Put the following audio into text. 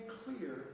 clear